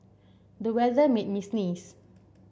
the weather made me sneeze